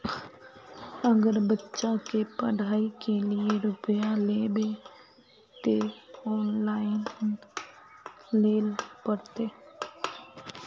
अगर बच्चा के पढ़ाई के लिये रुपया लेबे ते ऑनलाइन लेल पड़ते?